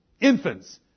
infants